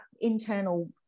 internal